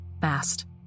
fast